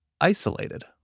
isolated